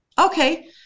Okay